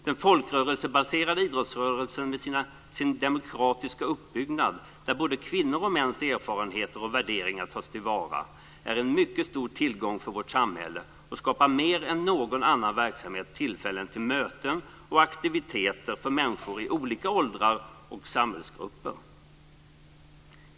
Den folkrörelsebaserade idrottsrörelsen med sin demokratiska uppbyggnad där både kvinnors och mäns erfarenheter och värderingar tas till vara är en mycket stor tillgång för vårt samhälle och skapar mer än någon annan verksamhet tillfällen till möten och aktiviteter för människor i olika åldrar och samhällsgrupper.